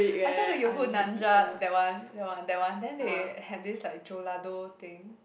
I saw the that one that one then they had this like Jeolla-do thing